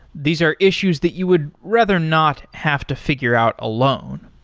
these are issues that you would rather not have to figure out alone.